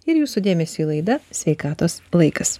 ir jūsų dėmesiui laida sveikatos laikas